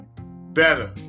better